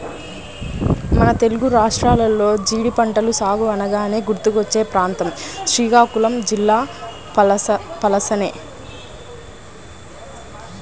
మన తెలుగు రాష్ట్రాల్లో జీడి పంట సాగు అనగానే గుర్తుకొచ్చే ప్రాంతం శ్రీకాకుళం జిల్లా పలాసనే